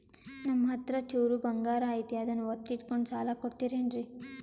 ನಮ್ಮಹತ್ರ ಚೂರು ಬಂಗಾರ ಐತಿ ಅದನ್ನ ಒತ್ತಿ ಇಟ್ಕೊಂಡು ಸಾಲ ಕೊಡ್ತಿರೇನ್ರಿ?